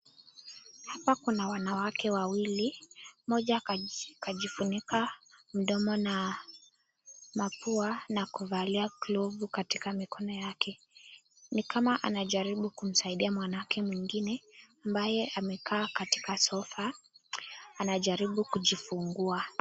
Hapa kuna wanawake wawili moja akajufunika mdomo na mapua nakufalia glofu katika mkono yake, ni kama anajaribu kusaidia mwanake mwingine ambaye amekaa katika sofaa anajaribu kujifungua.